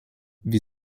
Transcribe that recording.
wir